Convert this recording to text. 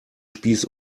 spieß